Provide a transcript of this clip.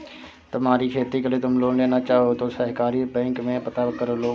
तुम्हारी खेती के लिए तुम लोन लेना चाहो तो सहकारी बैंक में पता करलो